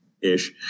ish